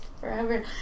forever